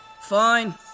Fine